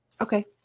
Okay